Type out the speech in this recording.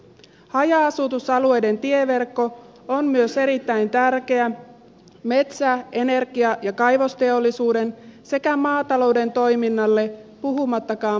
haja asutusalueiden tieverkko on myös erittäin tärkeä metsä energia ja kaivosteollisuuden sekä maatalouden toiminnalle puhumattakaan matkailusta